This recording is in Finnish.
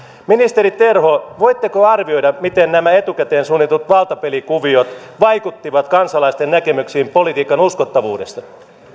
ministeri terho voitteko arvioida miten nämä etukäteen suunnitellut valtapelikuviot vaikuttivat kansalaisten näkemyksiin politiikan uskottavuudesta